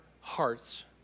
hearts